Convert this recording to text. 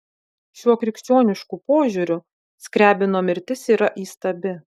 šiuo krikščionišku požiūriu skriabino mirtis yra įstabi